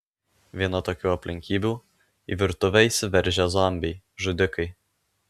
viena tokių aplinkybių į virtuvę įsiveržę zombiai žudikai